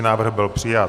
Návrh byl přijat.